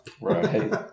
Right